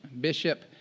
bishop